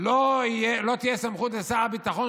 לא תהיה סמכות לשר הביטחון,